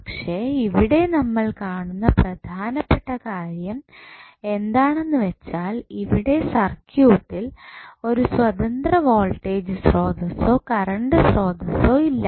പക്ഷേ ഇവിടെ നമ്മൾ കാണുന്ന പ്രധാനപ്പെട്ട കാര്യം എന്താണെന്ന് വെച്ചാൽ ഇവിടെ സർക്യൂട്ടിൽ ഒരു സ്വതന്ത്ര വോൾട്ടേജ് സ്രോതസോ കറണ്ട് സ്രോതസോ ഇല്ല